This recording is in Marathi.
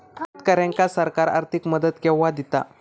शेतकऱ्यांका सरकार आर्थिक मदत केवा दिता?